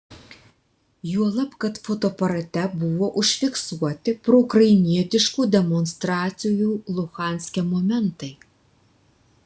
juolab kad fotoaparate buvo užfiksuoti proukrainietiškų demonstracijų luhanske momentai